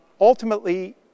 Ultimately